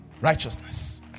Righteousness